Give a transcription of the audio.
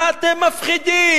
מה אתם מפחידים?